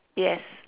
yes